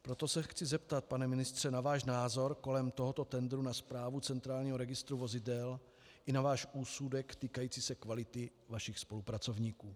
Proto se chci zeptat, pane ministře, na váš názor kolem tohoto tendru na správu centrálního registru vozidel i na váš úsudek týkající se kvality vašich spolupracovníků.